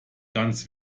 ganz